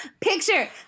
picture